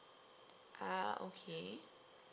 ah okay